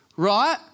right